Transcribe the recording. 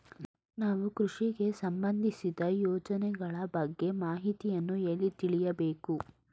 ನಾವು ಕೃಷಿಗೆ ಸಂಬಂದಿಸಿದ ಯೋಜನೆಗಳ ಬಗ್ಗೆ ಮಾಹಿತಿಯನ್ನು ಎಲ್ಲಿ ತಿಳಿಯಬೇಕು?